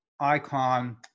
icon